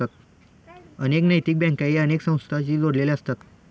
अनेक नैतिक बँकाही अनेक संस्थांशी जोडलेले असतात